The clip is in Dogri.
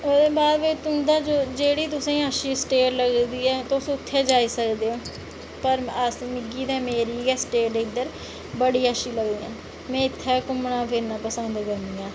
ओह्दे बाद तुंदे जेह्ड़ी तुसेंगी स्टेट लगदी ऐ तुस उत्थै जाई सकदे ओ पर मिगी मेरी गै स्टेट इद्धर में पसंद करनी मिगी इत्थै घुम्मना फिरना पसंद करनी